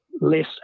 less